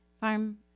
farm